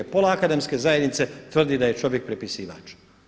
Pola akademske zajednice tvrdi da je čovjek prepisivač.